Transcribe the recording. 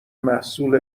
محصول